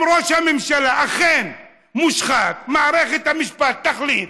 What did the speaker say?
אם ראש הממשלה אכן מושחת, מערכת המשפט תחליט.